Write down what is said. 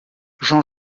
jean